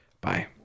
Bye